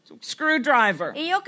screwdriver